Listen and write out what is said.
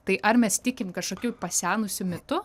tai ar mes tikim kažkokiu pasenusiu mitu